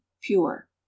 pure